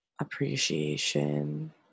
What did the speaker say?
appreciation